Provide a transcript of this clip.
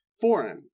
foreign